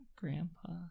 Grandpa